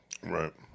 Right